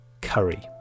curry